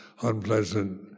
unpleasant